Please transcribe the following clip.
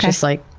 just like,